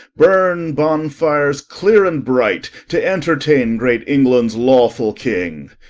burne bonfires cleare and bright to entertaine great englands lawfull king.